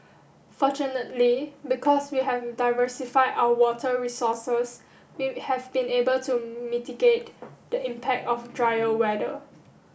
fortunately because we have diversified our water resources we have been able to mitigate the impact of drier weather